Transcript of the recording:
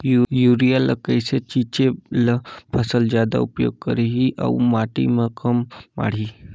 Urea ल कइसे छीचे ल फसल जादा उपयोग करही अउ माटी म कम माढ़ही?